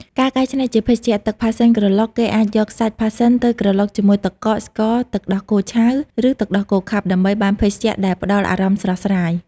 ការកែច្នៃជាភេសជ្ជៈទឹកផាសសិនក្រឡុក គេអាចយកសាច់ផាសសិនទៅក្រឡុកជាមួយទឹកកក ស្ករ ទឹកដោះគោឆៅ ឬទឹកដោះគោខាប់ ដើម្បីបានភេសជ្ជៈដែលផ្តល់អារម្មណ៍ស្រស់ស្រាយ។